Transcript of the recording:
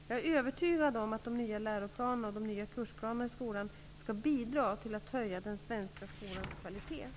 Jag är övertygad om att de nya läroplanerna och de nya kursplanerna i skolan skall bidra till att höja den svenska skolans kvalitet.